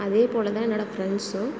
அதேப்போலதான் என்னோடய ஃப்ரண்ட்ஸும்